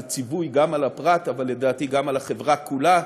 זה ציווי גם על הפרט אבל לדעתי גם על החברה כולה.